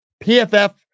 PFF